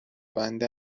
بنده